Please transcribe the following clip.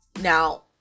now